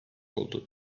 oldu